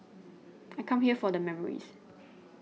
I come here for the memories